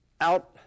out